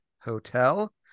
Hotel